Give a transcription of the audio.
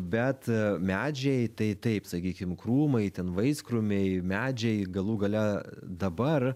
bet medžiai tai taip sakykim krūmai ten vaiskrūmiai medžiai galų gale dabar